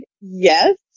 Yes